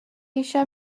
eisiau